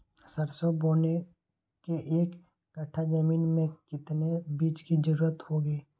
सरसो बोने के एक कट्ठा जमीन में कितने बीज की जरूरत होंगी?